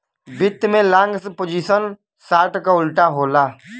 वित्त में long position short क उल्टा होला